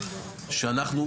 שאנחנו,